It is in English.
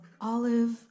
olive